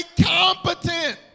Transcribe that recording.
competent